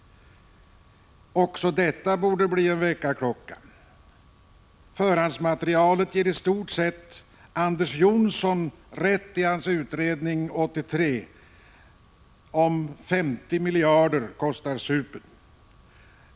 Också detta borde bli en väckarklocka. Förhandsmateri alet ger i stort sett Anders Johnson rätt i hans utredning från 1983, ”50 miljarder kostar supen”.